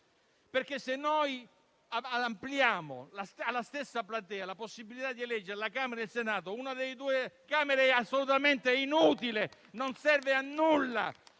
estendiamo alla stessa platea la possibilità di eleggere la Camera e il Senato, una delle due Camere è assolutamente inutile, non serve a nulla.